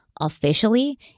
officially